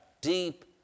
deep